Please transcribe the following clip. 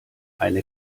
eine